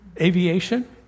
aviation